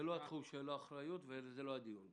זה לא בתחום מערכת החינוך, זה לא הדיון היום.